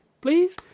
Please